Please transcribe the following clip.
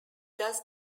does